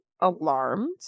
alarmed